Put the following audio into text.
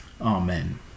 Amen